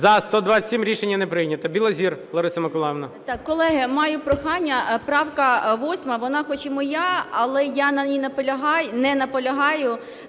За-127 Рішення не прийнято.